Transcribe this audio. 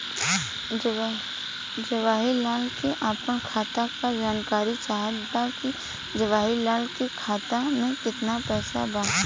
जवाहिर लाल के अपना खाता का जानकारी चाहत बा की जवाहिर लाल के खाता में कितना पैसा बा?